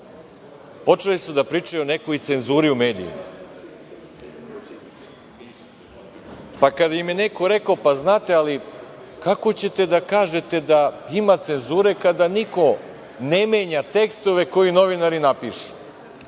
Počeli su da pričaju o nekoj cenzuri u medijima, pa kada im je neko rekao – znate, ali kako ćete da kažete da ima cenzure kada niko ne menja tekstove koje novinari napišu?